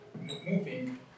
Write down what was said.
moving